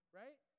right